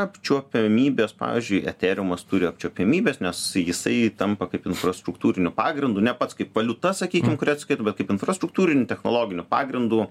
apčiuopiamybės pavyzdžiui eterimos turi apčiuopiamybės nes jisai tampa kaip infrastruktūriniu pagrindu ne pats kaip valiuta sakykim kuria atsiskaito kaip infrastruktūriniu technologiniu pagrindu